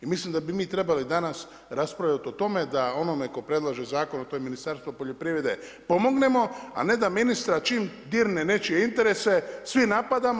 I mislim da bi mi trebali danas raspravljati o tome da se onome tko predlaže zakon a to je Ministarstvo poljoprivrede pomognemo a ne da ministra čim dirne nečije interese svi napadamo.